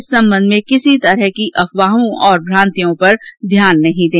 इस संबंध में किसी प्रकार की अफवाहों और भ्रांतियों पर ध्यान नहीं दें